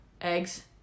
eggs